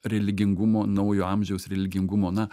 religingumo naujo amžiaus religingumo na